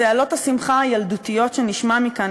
צהלות השמחה הילדותיות שנשמע מכאן,